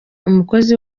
umukozi